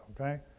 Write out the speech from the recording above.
okay